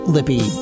Lippy